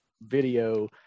video –